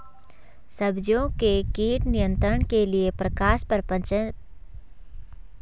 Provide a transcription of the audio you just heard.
सब्जियों के कीट नियंत्रण के लिए प्रकाश प्रपंच लाइट ट्रैप क्या है यह कैसे काम करता है?